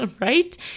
right